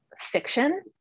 fiction